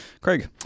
Craig